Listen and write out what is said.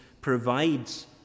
provides